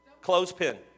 Clothespin